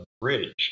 bridge